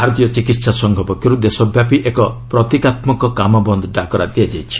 ଭାରତୀୟ ଚିକିତ୍ସା ସଂଘ ପକ୍ଷରୁ ଦେଶ ବ୍ୟାପୀ ଏକ ପ୍ରତିକାତ୍ମକ କାମ ବନ୍ଦ ଡାକରା ଦିଆଯାଇଛି